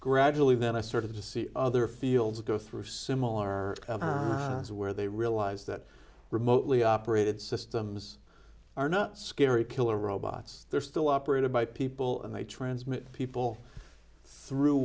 gradually then i started to see other fields go through similar where they realize that remotely operated systems are not scary killer robots they're still operated by people and they transmit people through